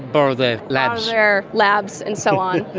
borrow their labs their labs and so on,